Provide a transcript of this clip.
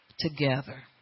together